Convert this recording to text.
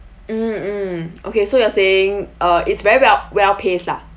mm mm okay so you're saying uh it's very well well paced lah